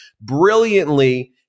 brilliantly